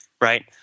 right